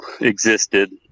existed